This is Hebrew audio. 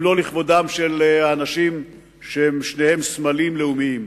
אם לא לכבודם של האנשים שהם שניהם סמלים לאומיים.